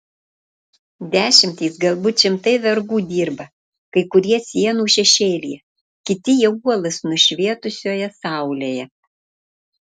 dešimtys galbūt šimtai vergų dirba kai kurie sienų šešėlyje kiti jau uolas nušvietusioje saulėje